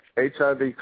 HIV